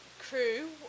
crew